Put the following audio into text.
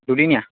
দুদিনীয়া